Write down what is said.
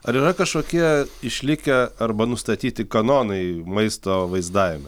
ar yra kažkokie išlikę arba nustatyti kanonai maisto vaizdavime